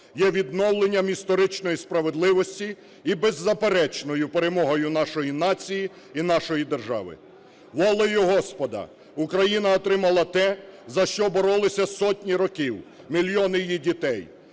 є відновленням історичної справедливості і беззаперечною перемогою нашої нації і нашої держави. Волею Господа Україна отримала те, за що боролися сотні років мільйони її дітей,